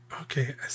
Okay